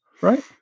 right